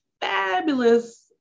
fabulous